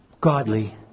godly